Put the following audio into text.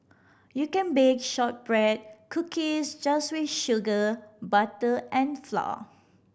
you can bake shortbread cookies just with sugar butter and flour